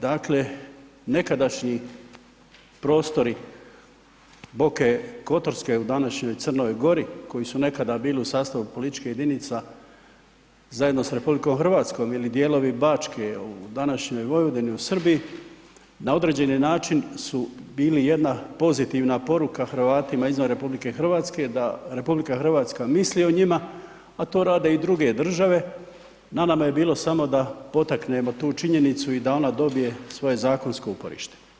Dakle, nekadašnji prostori Boke Kotorske u današnjoj Crnoj Gori koji su nekada bili u sastavu političkih jedinica zajedno s RH ili dijelovi Bačke u današnjoj Vojvodini, u Srbiji na određeni način su bili jedna pozitivna poruka Hrvatima izvan RH da RH misli o njima, a to rade i druge države, na nama je bilo samo da potaknemo tu činjenicu i da ona dobije svoje zakonsko uporište.